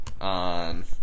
On